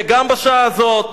וגם בשעה הזאת.